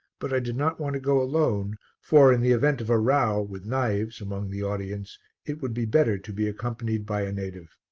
but i did not want to go alone for, in the event of a row, with knives, among the audience it would be better to be accompanied by a native.